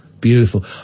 Beautiful